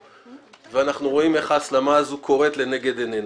ואנחנו רואים איך ההסלמה קורית לנגד עינינו.